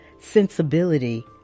sensibility